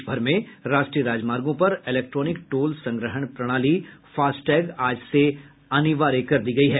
देश भर में राष्ट्रीय राजमार्गों पर इलेक्ट्रोनिक टोल संग्रहण प्रणाली फास्टैग आज से अनिवार्य कर दिया गया है